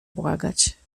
błagać